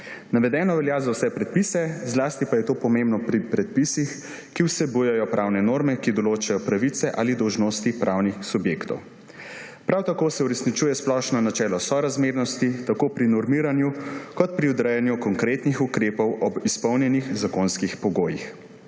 Navedeno velja za vse predpise, zlasti pa je to pomembno pri predpisih, ki vsebujejo pravne norme, ki določajo pravice ali dolžnosti pravnih subjektov. Prav tako se uresničuje splošno načelo sorazmernosti tako pri normiranju kot pri odrejanju konkretnih ukrepov ob izpolnjenih zakonskih pogojih.